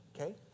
okay